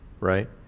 Right